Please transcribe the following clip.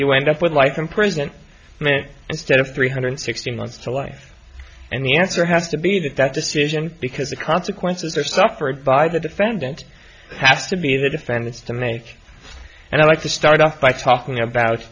you end up with life in prison man instead of three hundred sixty months to life and the answer has to be that that decision because the consequences are suffered by the defendant has to be the defense to make and i'd like to start off by talking about